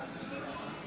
משתתף